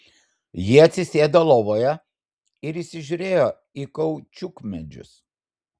ji atsisėdo lovoje ir įsižiūrėjo į kaučiukmedžius